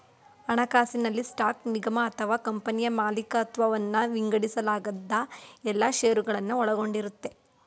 ಹಣಕಾಸಿನಲ್ಲಿ ಸ್ಟಾಕ್ ನಿಗಮ ಅಥವಾ ಕಂಪನಿಯ ಮಾಲಿಕತ್ವವನ್ನ ವಿಂಗಡಿಸಲಾದ ಎಲ್ಲಾ ಶೇರುಗಳನ್ನ ಒಳಗೊಂಡಿರುತ್ತೆ